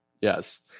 Yes